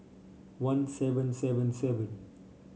one seven seven seven